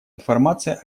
информация